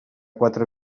quatre